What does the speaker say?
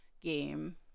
game